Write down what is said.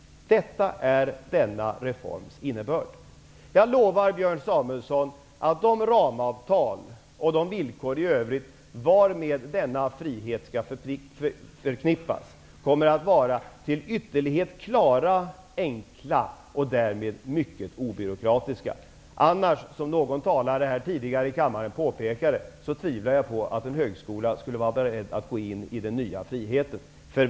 Detta är denna reforms innebörd. Jag lovar, Björn Samuelson, att de ramavtal och de villkor i övrigt varmed denna frihet skall förknippas kommer att vara till ytterlighet klara, enkla och därmed mycket obyråkratiska. Jag tvivlar på att en högskola annars skulle vara beredd att gå in i den nya friheten, som någon talare påpekade tidigare här i kammaren.